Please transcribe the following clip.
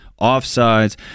offsides